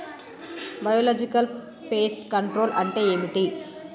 Biological pest control అంటే ఏమిటి?